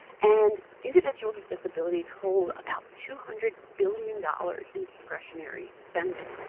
and individuals with disabilities hold about two hundred billion dollars in discretionary spending.